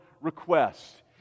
request